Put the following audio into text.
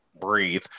breathe